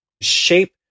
shape